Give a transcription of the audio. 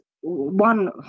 one